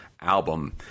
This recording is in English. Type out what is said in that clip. album